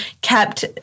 kept